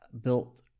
built